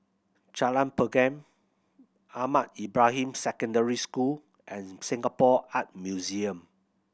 Jalan Pergam Ahmad Ibrahim Secondary School and Singapore Art Museum